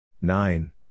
nine